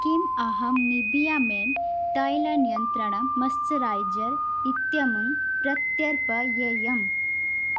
किम् अहं Nivea men तैलनियन्त्रणं मस्चराय्जर् इत्यमुं प्रत्यर्पयेयम्